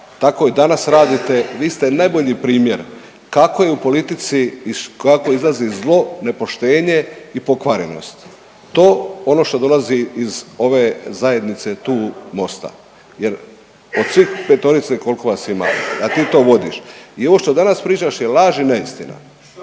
tako i danas radite. Vi ste najbolji primjer kako i u politici i kako izlazi zlo, nepoštenje i pokvarenost. To ono što dolazi iz ove zajednice tu Mosta jer od svih 5-ice kolko vas ima da ti to vodiš i ovo što danas pričaš je laž i neistina…